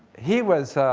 he was,